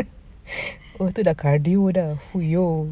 oh itu dah cardio dah fuyoh